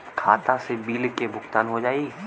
खाता से बिल के भुगतान हो जाई?